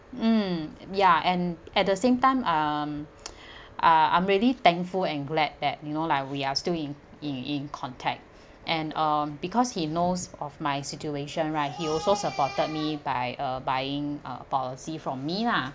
mm ya and at the same time um ah I'm really thankful and glad that you know like we are still in in contact and um because he knows of my situation right he also supported me by uh buying uh policy from me